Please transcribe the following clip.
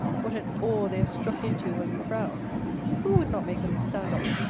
what an awe they are struck into when we frown who would not make them stand off?